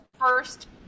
first